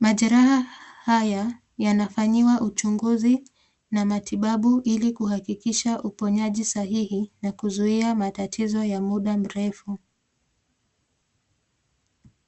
Majeraha haya yanafanyiwa uchunguzi na matibabu ili kuhakikisha uponyaji sahihi na kuzuia mtatizo ya muda mrefu.